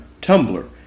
Tumblr